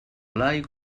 blai